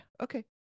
Okay